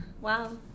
Wow